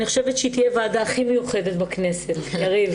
אני חושבת שהיא תהיה הוועדה הכי מיוחדת בכנסת - קארין,